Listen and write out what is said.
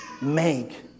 make